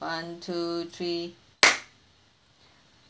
one two three